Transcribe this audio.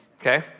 okay